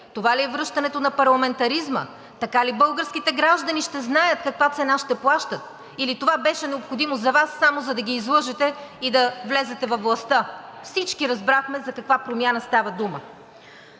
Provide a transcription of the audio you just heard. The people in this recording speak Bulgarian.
Това ли е връщането на парламентаризма? Така ли българските граждани ще знаят каква цена ще плащат, или това беше необходимо за Вас само за да ги излъжете и да влезете във властта? Всички разбрахме за каква промяна става дума.